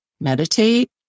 meditate